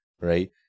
right